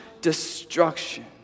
destruction